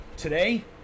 today